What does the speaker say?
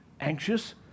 Anxious